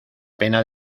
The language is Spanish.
pena